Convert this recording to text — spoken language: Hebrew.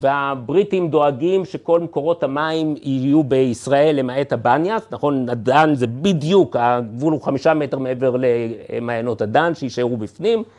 והבריטים דואגים שכל מקורות המים יהיו בישראל למעט הבניאס. נכון, הדן זה בדיוק, הגבול הוא חמישה מטר מעבר למעיינות הדן שישארו בפנים.